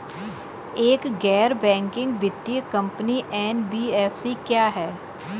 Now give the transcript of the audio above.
एक गैर बैंकिंग वित्तीय कंपनी एन.बी.एफ.सी क्या है?